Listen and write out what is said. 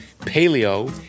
paleo